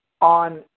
on